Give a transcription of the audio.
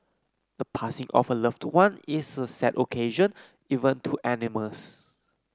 the passing of a loved one is a sad occasion even to animals